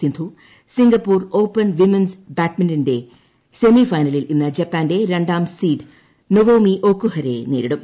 Sindhu Singapore open women's ബാഡ്മിന്റന്റെ semi ഫൈനലിൽ ഇന്ന് ജപ്പാന്റെ രണ്ടാം സീഡ്സ് നൊവോമി ഒക്കുഹാരയെ നേരിടും